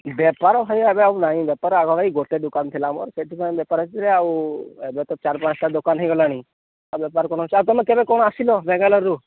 ବେପାର ସେଇ ଏବେ ଆଉ ନାହିଁ ବେପାର ଆଗ ଭାଇ ଗୋଟେ ଦୋକାନ ଥିଲା ମ ସେଥିପାଇଁ ବେପାର ଆଉ ଏବେ ତ ଚାରି ପାଞ୍ଚଟା ଦୋକାନ ହେଇଗଲାଣି ଆଉ ବେପାର କ'ଣ ଅଛି ଆଉ ତମେ କେବେ କ'ଣ ଆସିଲ ବାଙ୍ଗାଲୋରରୁ